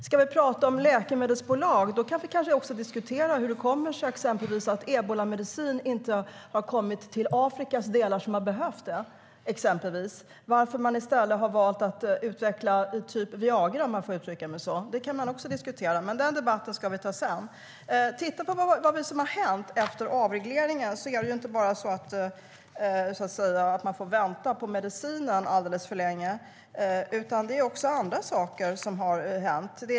Ska vi tala om läkemedelsbolag kan vi kanske diskutera hur det kommer sig att till exempel ebolamedicin inte har kommit till de delar av Afrika där den behövs och att man i stället har valt att utveckla till exempel Viagra. Den debatten kan vi ta sedan. Låt oss titta på vad som har hänt efter avregleringen. Man får inte bara vänta på medicinen alldeles för länge, utan annat har också hänt.